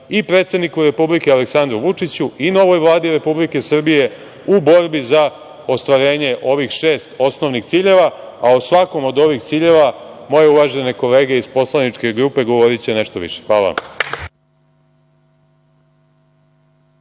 i predsedniku Republike, Aleksandru Vučiću i novoj Vladi Republike Srbije u borbi za ostvarenje ovih šest osnovnih ciljeva, a o svakom od ovih ciljeva moje uvažene kolege iz poslaničke grupe govoriće nešto više. Hvala